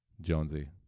Jonesy